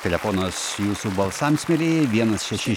telefonas jūsų balsams mielieji vienas šeši